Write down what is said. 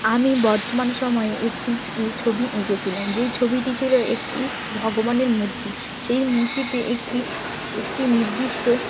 আমি বর্তমান সময়ে একটি এ ছবি এঁকেছিলাম যেই ছবিটি ছিল একটি ভগবানের মূর্তি সেই মূর্তিতে একটি একটি নির্দিষ্ট